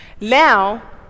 Now